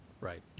Right